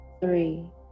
three